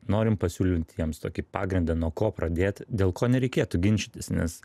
norim pasiūlyt jiems tokį pagrindą nuo ko pradėt dėl ko nereikėtų ginčytis nes